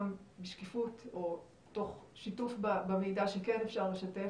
בשקיפות או תוך שיתוף במידע שכן אפשר לשתף,